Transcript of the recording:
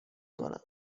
کنن